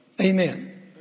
Amen